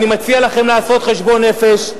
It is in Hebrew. אני מציע לכם לעשות חשבון נפש.